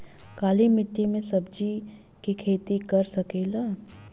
काली मिट्टी में सब्जी के खेती कर सकिले?